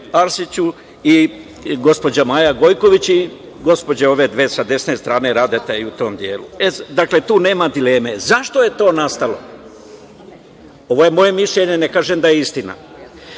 Arsiću, i gospođa Maja Gojković i dve gospođe sa desne strane, Radeta i u tom delu. Dakle, tu nema dileme.Zašto je to nastalo? Ovo je moje mišljenje, ne kažem da je istina. Htelo